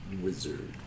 Wizard